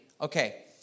okay